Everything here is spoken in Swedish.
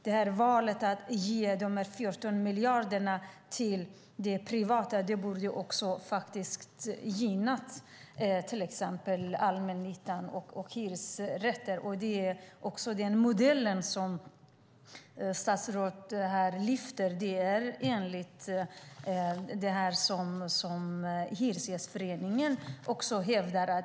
De här 14 miljarderna till det privata borde ha gynnat även till exempel allmännyttan och hyresrätter enligt den modell som statsrådet och även Hyresgästföreningen lyfter fram.